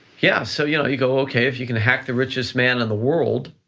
yeah, so you know you go, okay, if you can hack the richest man in the world,